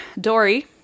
Dory